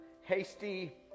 hasty